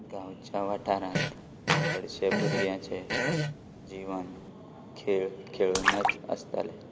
गांवच्या वाठारांत चडशे भुरग्याचें जिवन खेळ खेळुनच आसतालें